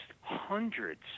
hundreds